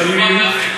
כן, אדוני.